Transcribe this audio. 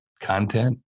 content